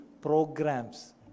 programs